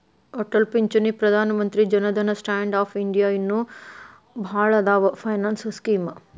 ಅಟಲ್ ಪಿಂಚಣಿ Pradhan Mantri Jan Dhan stand up India ಇನ್ನು ಭಾಳ್ ಅದಾವ್ ಫೈನಾನ್ಸ್ ಸ್ಕೇಮ್